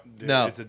No